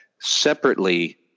separately